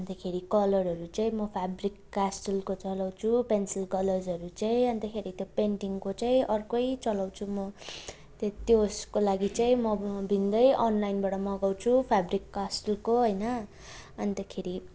अन्तखेरि कलरहरू चाहिँ म फेब्रिक क्यास्टलको चलाउँछु पेन्सिल कलर्सहरू चाहिँ अन्तखेरि त्यो पेन्टिङको चाहिँ अर्कै चलाउँछु म ते त्यसको लागि चाहिँ म भिन्दै अनलाइनबाट मगाउँछु फेब्रिक कास्टलको होइन अन्तखेरि